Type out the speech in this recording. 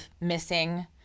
missing